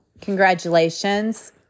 Congratulations